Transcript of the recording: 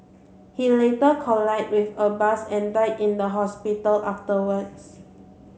he later collided with a bus and died in the hospital afterwards